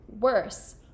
Worse